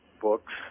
books